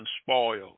spoiled